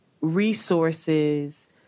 resources